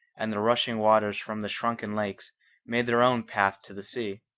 and the rushing waters from the shrunken lakes made their own path to the sea.